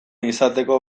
izateko